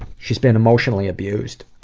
she's been emotionally abused